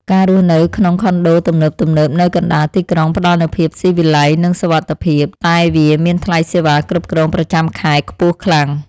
ការរស់នៅក្នុងខុនដូទំនើបៗនៅកណ្តាលទីក្រុងផ្ដល់នូវភាពស៊ីវិល័យនិងសុវត្ថិភាព តែវាមានថ្លៃសេវាគ្រប់គ្រងប្រចាំខែខ្ពស់ខ្លាំង។